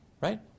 Right